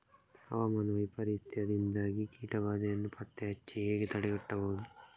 ಹವಾಮಾನ ವೈಪರೀತ್ಯದಿಂದಾಗಿ ಕೀಟ ಬಾಧೆಯನ್ನು ಪತ್ತೆ ಹಚ್ಚಿ ಹೇಗೆ ತಡೆಗಟ್ಟಬಹುದು?